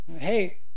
hey